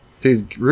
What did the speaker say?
Dude